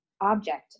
object